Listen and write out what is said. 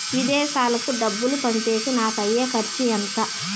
విదేశాలకు డబ్బులు పంపేకి నాకు అయ్యే ఖర్చు ఎంత?